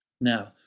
Now